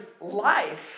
life